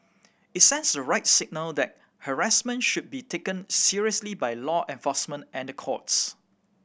it sends the right signal that harassment should be taken seriously by law enforcement and the courts